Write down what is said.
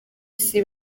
isi